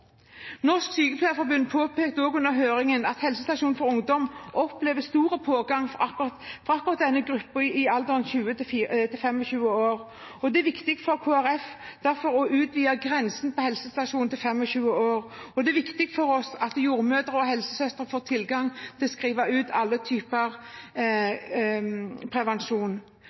Norsk Sykepleierforbund påpekte under høringen at helsestasjoner for ungdom opplever stor pågang fra akkurat gruppen i alderen 20–25 år. Det er derfor viktig for Kristelig Folkeparti å utvide aldersgrensen på helsestasjonene til 25 år, og det er viktig for oss at jordmødre og helsesøstre får tilgang til å skrive ut alle typer prevensjon.